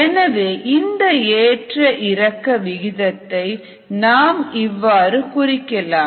எனவே இந்த ஏற்ற இறக்க விகிதத்தை நாம் இவ்வாறு குறிக்கலாம்